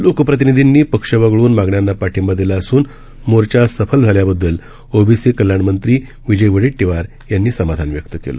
लोकप्रतिनिधींनी पक्ष वगळून मागण्यांना पाठींबा दिला असून मोर्चा सफल झाल्याबददल ओबीसी कल्याण मंत्री विजय वडेट्टीवार यांनी समाधान व्यक्त केलं